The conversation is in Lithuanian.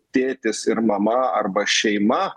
tėtis ir mama arba šeima